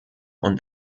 und